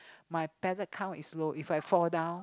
my platelet count is low if I fall down